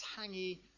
tangy